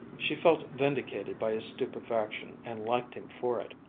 she felt vindicated by his stupefaction and liked him for it.